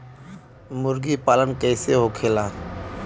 मुर्गी पालन कैसे होखेला?